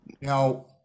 Now